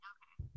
Okay